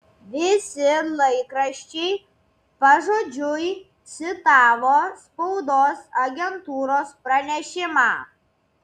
visi laikraščiai pažodžiui citavo spaudos agentūros pranešimą